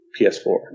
PS4